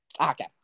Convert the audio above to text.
Okay